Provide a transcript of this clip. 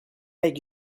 make